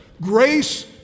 Grace